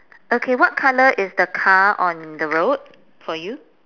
okay what colour is the car on the road for you